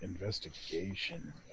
Investigation